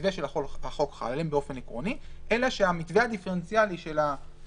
המתווה של החוק חל עליהם באופן עקרוני אלא שהמתווה הדיפרנציאלי של השנה,